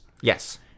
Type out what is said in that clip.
yes